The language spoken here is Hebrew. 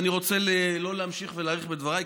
ואני רוצה לא להמשיך ולהאריך בדבריי,